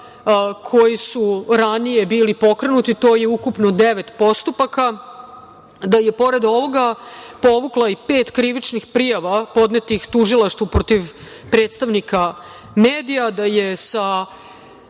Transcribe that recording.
koji su ranije bili pokrenuti. To je ukupno devet postupaka. Pored ovoga, povukla je i pet krivičnih prijava podnetih Tužilaštvu protiv predstavnika medija. Sa veb